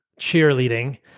cheerleading